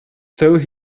though